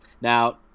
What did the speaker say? Now